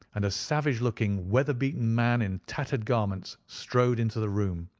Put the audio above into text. and a savage-looking, weather-beaten man in tattered garments strode into the room.